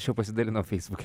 aš jau pasidalinau feisbuke